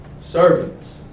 servants